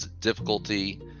difficulty